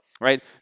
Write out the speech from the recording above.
right